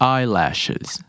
Eyelashes